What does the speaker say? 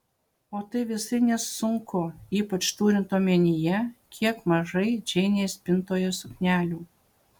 o tai visai nesunku ypač turint omenyje kiek mažai džeinės spintoje suknelių